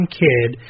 kid